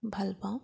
ভালপাওঁ